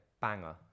banger